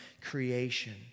creation